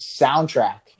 soundtrack